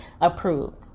approved